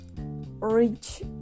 reach